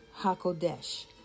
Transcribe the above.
HaKodesh